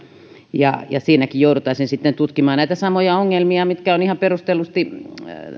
ja ja siinäkin jouduttaisiin sitten tutkimaan näitä samoja ongelmia mitkä ihan perustellusti